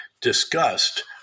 discussed